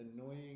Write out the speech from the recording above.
annoying